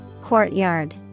Courtyard